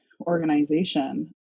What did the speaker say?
organization